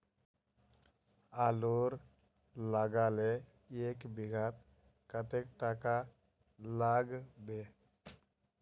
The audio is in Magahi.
आलूर लगाले एक बिघात कतेक टका लागबे?